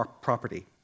property